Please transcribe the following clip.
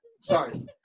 Sorry